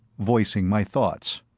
voicing my thoughts.